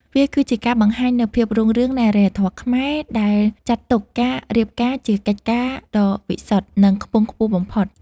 វាគឺជាការបង្ហាញនូវភាពរុងរឿងនៃអរិយធម៌ខ្មែរ ដែលចាត់ទុកការរៀបការជាកិច្ចការដ៏វិសុទ្ធ និងខ្ពង់ខ្ពស់បំផុត។